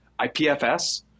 IPFS